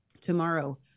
tomorrow